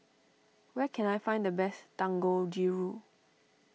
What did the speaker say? where can I find the best Dangojiru